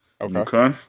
Okay